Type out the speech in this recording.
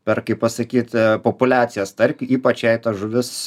per kaip pasakyt populiacijas ypač jei tos žuvis